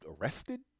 arrested